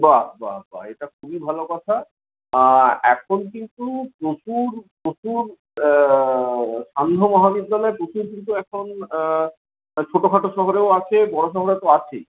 বাহ বাহ বাহ এটা খুবই ভালো কথা এখন কিন্তু প্রচুর প্রচুর সান্ধ্য মহাবিদ্যালয় প্রচুর কিন্তু এখন ছোটখাটো শহরেও আছে বড় শহরে তো আছেই